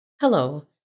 Hello